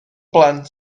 blant